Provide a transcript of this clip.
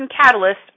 catalyst